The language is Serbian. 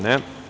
Ne.